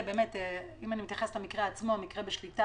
גם מבחינה